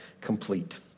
complete